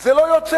זה לא יוצא.